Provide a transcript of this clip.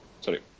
Sorry